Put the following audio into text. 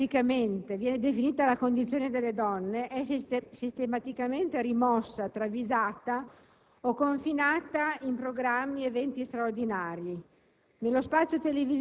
Quella che classicamente viene definita la condizione delle donne è sistematicamente rimossa, travisata o confinata in programmi ed eventi straordinari.